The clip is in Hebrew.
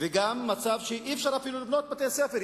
וגם מצב שאי-אפשר אפילו לבנות בתי-ספר.